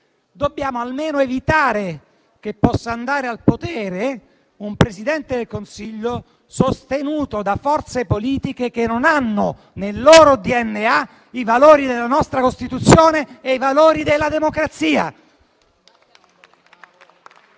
dobbiamo almeno evitare che possa andare al potere un Presidente del Consiglio sostenuto da forze politiche che non hanno nel loro DNA i valori della nostra Costituzione e i valori della democrazia.